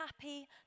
happy